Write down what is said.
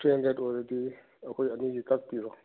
three hundred ꯑꯣꯏꯔꯗꯤ ꯑꯩꯈꯣꯏ ꯑꯅꯤꯒꯤ ꯀꯛꯄꯤꯔꯣ